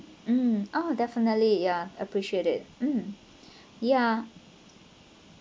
um oh definitely yeah appreciated mm ya